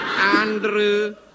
Andrew